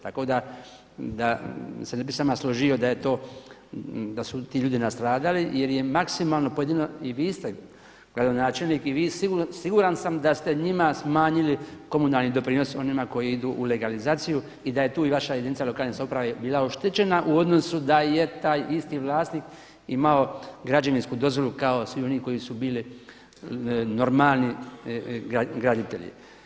Tako da se ne bih s vama složio da je to, da su ti ljudi nastradali jer je maksimalno pojedino, i vi ste gradonačelnik i vi siguran sam da ste njima smanjili komunalni doprinos onima koji idu u legalizaciju i da je tu i vaša jedinica lokalne samouprave bila oštećena u odnosu da je taj isti vlasnik imao građevinsku dozvolu kao svi oni koji su bili normalni graditelji.